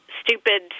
stupid